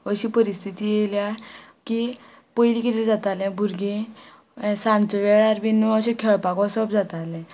अशी परिस्थिती येयल्या की पयली कितें जाताले भुरगीं सांजचे वेळार बीन अशें खेळपाक वसप जाताले